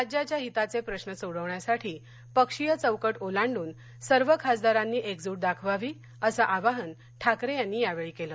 राज्याच्या हिताचे प्रश्र सोडवण्यासाठी पक्षीय चौकट ओलांडन सर्व खासदारांनी एकजूट दाखवावी असं आवाहन ठाकरे यांनी यावेळी केलं